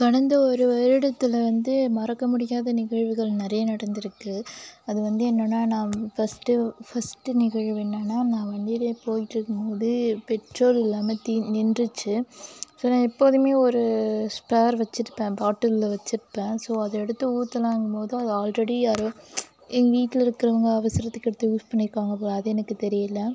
கடந்த ஒரு வருடத்தில் வந்து மறக்கமுடியாத நிகழ்வுகள் நிறையா நடந்துருக்குது அது வந்து என்னென்னா நான் ஃபஸ்ட்டு ஃபஸ்ட்டு நிகழ்வு என்னென்னா நான் வண்டியில் போயிட்டிருக்கும் போது பெட்ரோல் இல்லாமல் தீ நின்றுச்சு ஸோ நான் எப்போதுமே ஒரு ஸ்பேர் வச்சுருப்பேன் பாட்டிலில் வச்சுருப்பேன் ஸோ அதை எடுத்து ஊற்றலாங்கும்போது அது ஆல்ரெடி யாரோ எங்கள் வீட்டில் இருக்கிறவங்க அவசரத்துக்கு எடுத்து யூஸ் பண்ணியிருக்காங்க போல் அது எனக்கு தெரியலை